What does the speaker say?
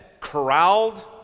corralled